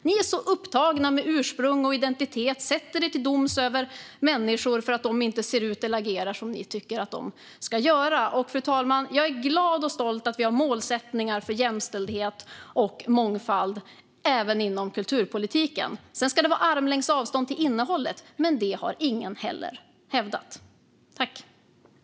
Ni är upptagna med ursprung och identitet och sätter er till doms över människor för att de inte ser ut eller agerar som ni tycker att de ska göra. Fru talman! Jag är glad och stolt över att vi har målsättningar för jämställdhet och mångfald även inom kulturpolitiken. Sedan ska det vara armlängds avstånd till innehållet, men ingen har heller hävdat annat.